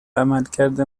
عملکرد